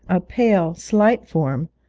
a pale, slight form,